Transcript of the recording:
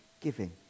giving